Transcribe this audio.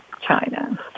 China